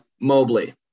Mobley